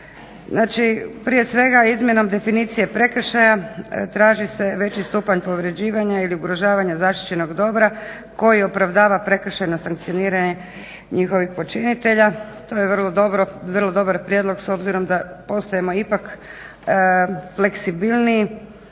prije svega izmjenom definicije prekršaja traži se veći stupanj povređivanja ili ugrožavanja zaštićenog dobra koji opravdava prekršajno sankcioniranje njihovih počinitelja. To je vrlo dobar prijedlog s obzirom da postajemo ipak fleksibilniji